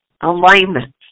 alignment